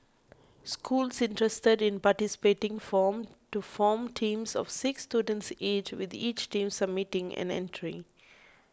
schools interested in participating form to form teams of six students each with each team submitting an entry